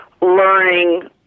learning